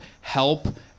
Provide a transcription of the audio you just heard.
help